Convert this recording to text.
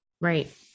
Right